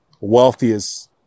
wealthiest